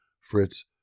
Fritz